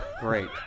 great